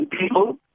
people